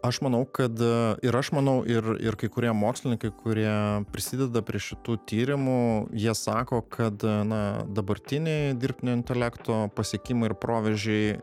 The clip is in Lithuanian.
aš manau kad ir aš manau ir ir kai kurie mokslininkai kurie prisideda prie šitų tyrimų jie sako kad na dabartiniai dirbtinio intelekto pasiekimai ir proveržiai